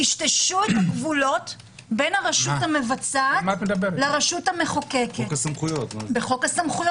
טשטשו את הגבולות בין הרשות המבצעת לרשות המחוקקת בחוק הסמכויות.